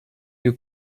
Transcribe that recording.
you